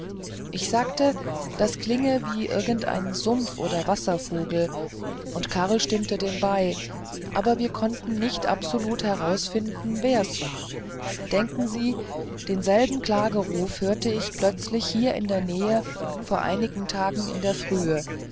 ich sagte das klinge wie irgend ein sumpf oder wasservogel und karl stimmte dem bei aber wir konnten absolut nicht herausfinden wer's war denken sie denselben klageruf hörte ich plötzlich hier in der nähe vor einigen tagen in der frühe